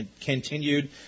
continued